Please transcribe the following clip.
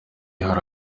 hari